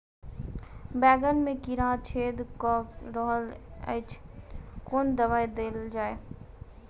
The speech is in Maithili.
बैंगन मे कीड़ा छेद कऽ रहल एछ केँ दवा देल जाएँ?